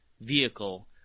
vehicle